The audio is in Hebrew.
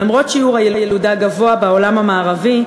למרות שיעור הילודה הגבוה יחסית לעולם המערבי,